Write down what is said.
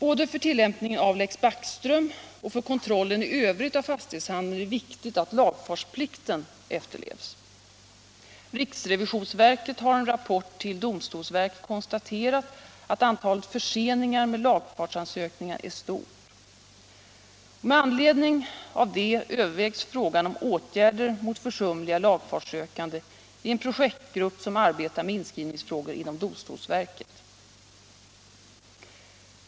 Både för tillämpningen av Lex Backström och för kontrollen i övrigt av fastighetshandeln är det viktigt att lagfartsplikten efterlevs. Riksrevisionsverket har i en rapport till domstolsverket konstaterat att antalet förseningar med lagfartsansökan är stort. Med anledning därav övervägs frågan om åtgärder mot försumliga lagfartssökande i en projektgrupp som arbetar med inskrivningsfrågor inom domstolsverket.